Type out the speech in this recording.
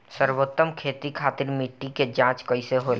सर्वोत्तम खेती खातिर मिट्टी के जाँच कईसे होला?